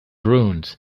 ruined